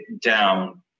down